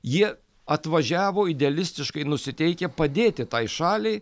jie atvažiavo idealistiškai nusiteikę padėti tai šaliai